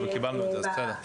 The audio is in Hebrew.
אבל קיבלנו את זה, אז בסדר.